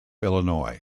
illinois